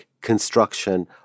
construction